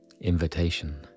Invitation